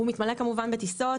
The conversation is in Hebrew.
הוא מתמלא כמובן בטיסות,